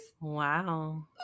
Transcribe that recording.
Wow